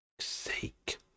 sake